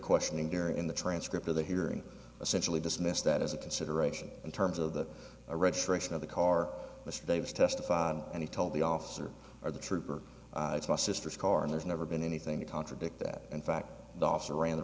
questioning here in the transcript of the hearing essentially dismissed that as a consideration in terms of the registration of the car as they've testified and he told the officer or the trooper it's my sister's car and there's never been anything to contradict that in fact